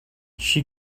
she